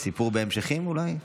סיפור בהמשכים אולי?